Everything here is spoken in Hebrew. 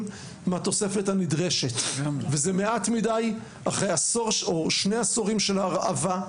מהתוספת הנדרשת וזה מעט מדי אחרי עשור או שני עשורים של הרעבה,